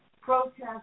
protest